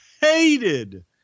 hated